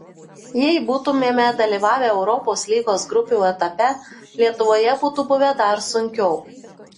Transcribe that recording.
jei būtumėme dalyvavę europos lygos grupių etape lietuvoje būtų buvę dar sunkiau